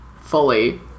fully